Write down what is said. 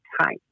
time